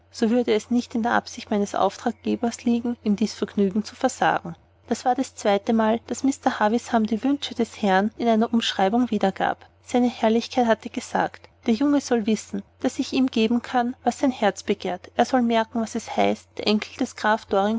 so würde es nicht in der absicht meines auftraggebers liegen ihm dies vergnügen zu versagen es war das zweite mal daß mr havisham die wünsche des grafen in einer umschreibung wiedergab seine herrlichkeit hatte gesagt der junge soll wissen daß ich ihm geben kann was sein herz begehrt er soll merken was es heißt der enkel des